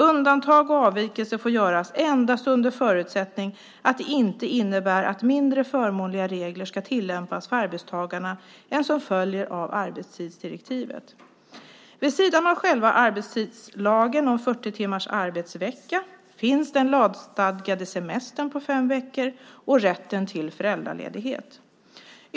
Undantag och avvikelser får göras endast under förutsättning att det inte innebär att mindre förmånliga regler ska tillämpas för arbetstagarna än vad som följer av arbetstidsdirektivet. Vid sidan av själva arbetstidslagen om 40 timmars arbetsvecka finns den lagstadgade semestern på fem veckor och rätten till föräldraledighet.